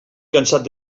cansat